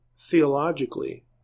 theologically